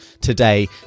today